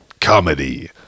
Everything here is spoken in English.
Comedy